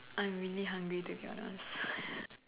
I'm really hungry to be honest